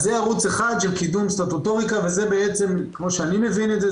אז זה ערוץ אחד של קידום סטטוטוריקה וזה בעצם כמו שאני מבין את זה,